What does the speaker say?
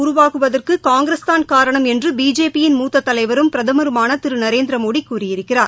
உருவாகுவதற்குகாங்கிரஸ்தான் காரணம் என்றுபிஜேபி யின் பாகிஸ்தான் முத்ததலைவரும் பிரதமருமானதிருநரேந்திரமோடிகூறியிருக்கிறார்